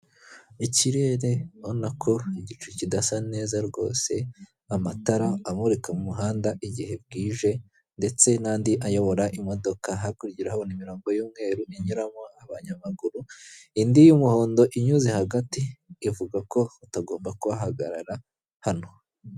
Ikirere ubona ko igicu kidasa neza rwose, amatara amurika mu muhanda igihe bwije ndetse n'andi ayobora imodoka, hakurya urahabona imirongo y'umweru inyuramo abanyamaguru, indi y'umuhondo inyuze hagati ivuga ko batagomba kuhahagarara hano.